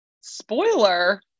spoiler